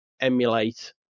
emulate